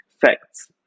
facts